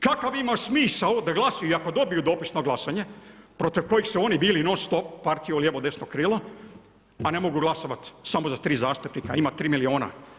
Kakav ima smisao da glasuju, i ako dobiju dopis na glasanje, protiv kojeg su oni bili non stop, partija lijevo, desno krilo, a ne mogu glasovat samo za 3 zastupnika, a ima 3 milijuna.